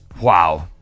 wow